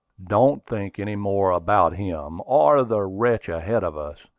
don't think any more about him, or the wretch ahead of us.